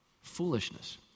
foolishness